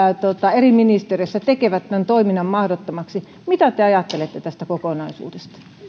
eri ministeriössä tekevät tämän toiminnan mahdottomaksi mitä te ajattelette tästä kokonaisuudesta